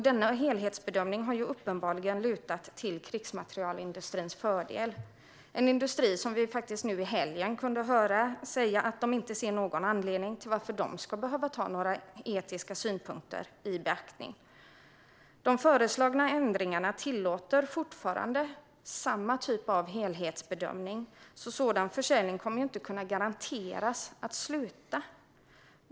Denna helhetsbedömning har uppenbarligen lutat till krigsmaterielindustrins fördel - en industri som vi nu i helgen kunde höra inte ser någon anledning till att de ska behöva ta några etiska synpunkter i beaktande. De föreslagna ändringarna tillåter fortfarande samma typ av helhetsbedömning, så att sådan försäljning kommer att sluta kan inte garanteras.